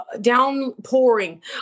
downpouring